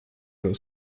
was